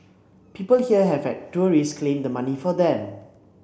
people here have had tourists claim the money for them